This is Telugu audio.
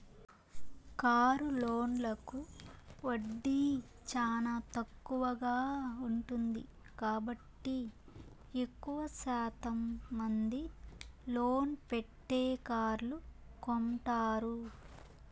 కారు లోన్లకు వడ్డీ చానా తక్కువగా ఉంటుంది కాబట్టి ఎక్కువ శాతం మంది లోన్ పెట్టే కార్లు కొంటారు